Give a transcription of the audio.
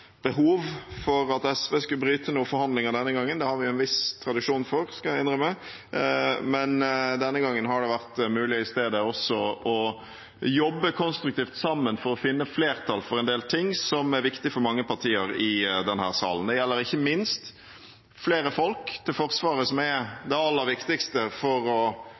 behov for at SV skulle bryte noen forhandling denne gangen – det har vi en viss tradisjon for, skal jeg innrømme. Denne gangen har det i stedet vært mulig å jobbe konstruktivt sammen for å finne flertall for en del ting som er viktig for mange partier i denne salen. Det gjelder ikke minst flere folk til Forsvaret, som er det aller viktigste for å